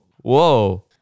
whoa